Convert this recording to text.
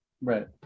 right